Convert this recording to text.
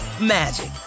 magic